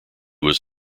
was